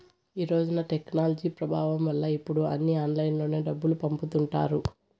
ఈ రోజున టెక్నాలజీ ప్రభావం వల్ల ఇప్పుడు అన్నీ ఆన్లైన్లోనే డబ్బులు పంపుతుంటారు